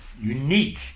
unique